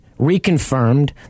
reconfirmed